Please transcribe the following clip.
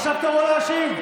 ממש כאן לא רחוק.